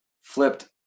flipped